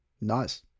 Nice